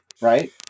Right